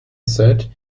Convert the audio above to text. said